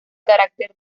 carácter